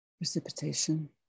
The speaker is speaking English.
Precipitation